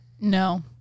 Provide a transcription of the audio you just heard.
No